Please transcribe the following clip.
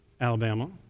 Alabama